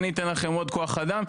עוד כוח אדם,